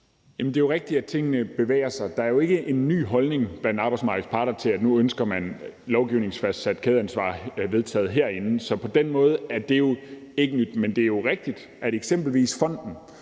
Det er jo rigtigt, at tingene bevæger sig. Der er jo ikke en ny holdning blandt arbejdsmarkedets parter om, at man nu ønsker lovgivningsfastsat kædeansvar vedtaget herinde. Så på den måde er det jo ikke nyt. Men det er jo rigtigt, at eksempelvis fonden,